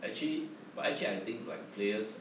actually but actually I think like players